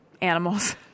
animals